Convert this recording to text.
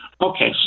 okay